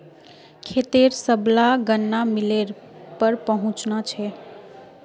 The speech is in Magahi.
खेतेर सबला गन्ना मिलेर पर पहुंचना छ